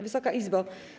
Wysoka Izbo!